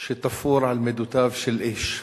שתפור על מידותיו של איש.